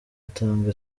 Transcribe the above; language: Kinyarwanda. atanga